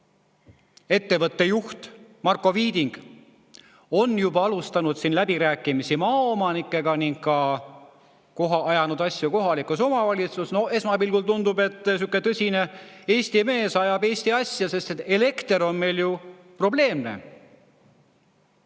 Baltic juht Marko Viiding on juba alustanud läbirääkimisi maaomanikega ning ajanud asju ka kohalikus omavalitsuses. Esmapilgul tundub, et niisugune tõsine Eesti mees ajab Eesti asja, sest elekter on meil ju probleemne.